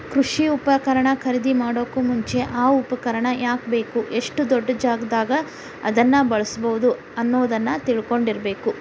ಕೃಷಿ ಉಪಕರಣ ಖರೇದಿಮಾಡೋಕು ಮುಂಚೆ, ಆ ಉಪಕರಣ ಯಾಕ ಬೇಕು, ಎಷ್ಟು ದೊಡ್ಡಜಾಗಾದಾಗ ಅದನ್ನ ಬಳ್ಸಬೋದು ಅನ್ನೋದನ್ನ ತಿಳ್ಕೊಂಡಿರಬೇಕು